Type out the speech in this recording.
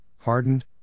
hardened